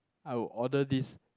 I would order this